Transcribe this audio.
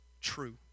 true